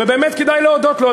ובאמת כדאי להודות לו,